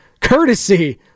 courtesy